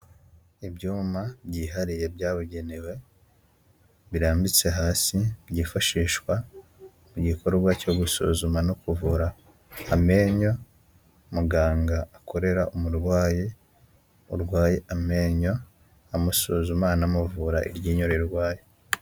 Ibyuma byihariye byabugenewe birambitse hasi byifashishwa mu gikorwa cyo gusuzuma no kuvura amenyo muganga akorera umurwayi urwaye amenyo amusuzuma, amuvura iryinyo rirwaye.